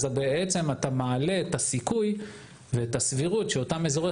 אתה מעלה את הסיכוי והסבירות שאותם אזורי